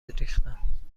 ریختم